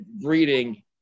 breeding